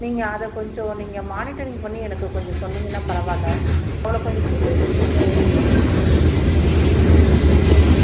நீங்கள் அதை கொஞ்சம் நீங்கள் மானிட்டரிங் பண்ணி எனக்கு கொஞ்சம் சொன்னிங்கன்னால் பரவாயில்ல அவளை கொஞ்சம் சரிங்க